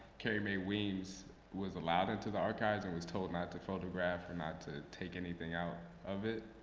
carrie mae weems was allowed into the archives and was told not to photograph or not to take anything out of it.